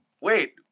Wait